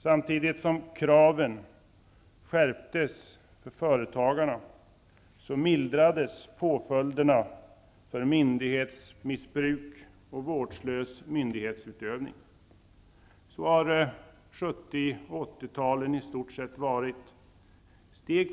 Samtigt som kraven på företagarna skärptes, mildrades påföljderna för myndighetsmissbruk och vårdslös myndighetsutövning. Så har 70 och 80-talet i stort sett varit.